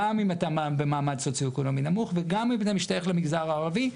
גם אם אתה במעמד סוציו-אקונומי נמוך וגם אם אתה משתייך למגזר הערבי,